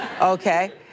Okay